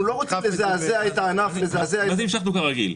לא רוצים לזעזע את הענף -- המשכנו כרגיל.